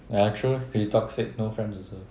ya true he toxic no friends also